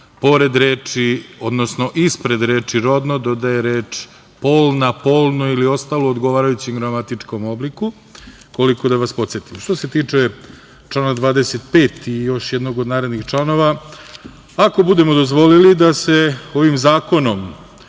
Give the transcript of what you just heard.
pored reči, odnosno ispred reči: „rodno“, dodaje reč: „polna“, „polno“ ili ostalo u odgovarajućem gramatičkom obliku, koliko da vas podsetim. Što se tiče člana 25. i još jednog od narednih članova, ako budemo dozvolili da se ovim zakonom